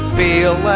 feel